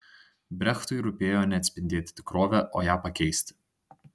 brechtui rūpėjo ne atspindėti tikrovę o ją pakeisti